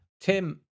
Tim